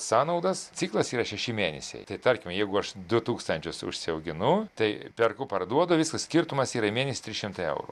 sąnaudas ciklas yra šeši mėnesiai tai tarkim jeigu aš du tūkstančius užsiauginu tai perku parduodu visas skirtumas yra į mėnesį trys šimtai eurų